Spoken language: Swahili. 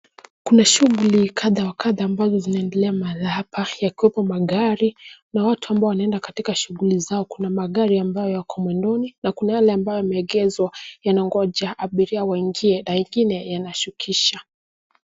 Kuna shughuli kadha wa kadha ambazo zinaendelea mahala hapa, yakiwepo magari, na watu ambao wanaenda katika shughuli zao. Kuna magari ambayo yako mwendoni, na kuna yale ambayo yameegezwa, yanangoja abiria waingie, aingine , yanashukisha.